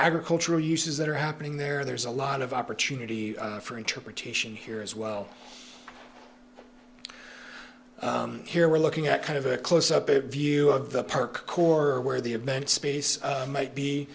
agricultural uses that are happening there there's a lot of opportunity for interpretation here as well here we're looking at kind of a close up view of the park core where the event space might be